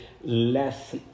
less